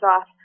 off